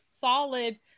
solid